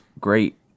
great